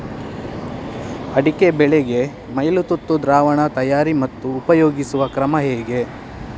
ಅಡಿಕೆ ಬೆಳೆಗೆ ಮೈಲುತುತ್ತು ದ್ರಾವಣ ತಯಾರಿ ಮತ್ತು ಉಪಯೋಗಿಸುವ ಕ್ರಮ ಹೇಗೆ?